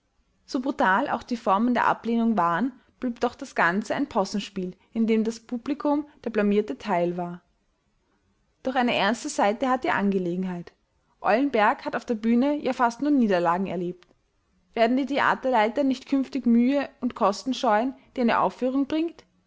so brutal auch die formen der ablehnung waren blieb doch das ganze ein possenspiel in dem das publikum der blamierte teil war doch eine ernste seite hat die angelegenheit eulenberg hat auf der bühne ja fast nur niederlagen erlebt werden die theaterleiter nicht künftig mühe und kosten scheuen die eine aufführung bringt